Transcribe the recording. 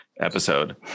episode